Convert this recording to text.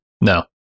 No